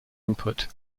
input